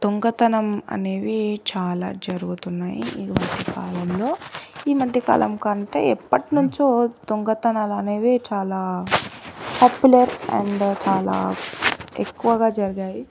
దొంగతనం అనేవి చాలా జరుగుతున్నాయి ఈ మధ్యకాలంలో ఈ మధ్యకాలం కంటే ఇప్పటి నుంచో దొంగతనాలు అనేవి చాలా పర్టికులర్ అండ్ చాలా ఎక్కువగా జరిగాయి